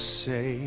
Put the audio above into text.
say